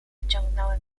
wyciągnąłem